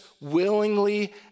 willingly